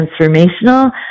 transformational